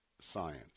science